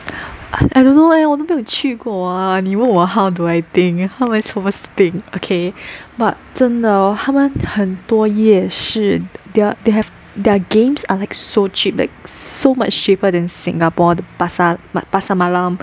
I don't know leh 我都没有去过啊你问我 how do I think how am I supposed to think okay but 真的他们很多夜市 there they have their games are like so cheap like so much cheaper than Singapore the pasar like pasar malam